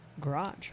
garage